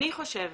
אני חושב